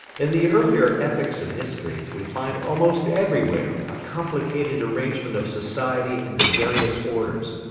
in the earlier epochs of history, we find almost everywhere a complicated arrangement of society into various orders,